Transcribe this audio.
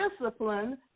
discipline